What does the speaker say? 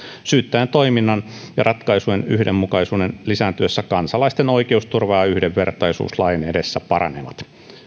syyttäjän toiminnan ja ratkaisujen yhdenmukaisuuden lisääntyessä kansalaisten oikeusturva ja yhdenvertaisuus lain edessä paranevat